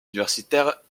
universitaires